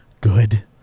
good